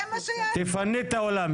תפני את האולם.